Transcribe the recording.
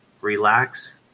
relax